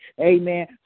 Amen